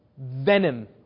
venom